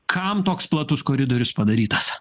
kam toks platus koridorius padarytas